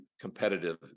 competitive